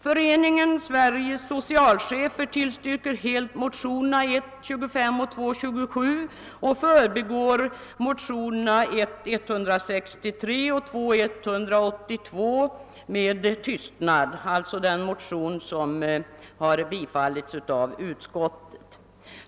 Föreningen Sveriges socialchefer tillstyrker helt motionerna I: 25 och II: 27 och förbigår motionerna I: 163 och II: 182 med tystnad — alltså det motionspar som har tillstyrkts av utskottet.